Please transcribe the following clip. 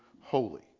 holy